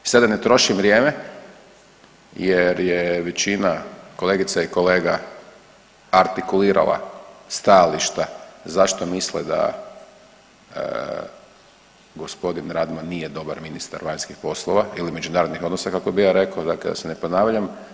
I sad da ne trošim vrijeme jer je većina kolegica i kolega artikulirala stajališta zašto misle da gospodin Radman nije dobar ministar vanjskih poslova ili međunarodnih odnosa kako bi ja rekao, dakle da se ne ponavljam.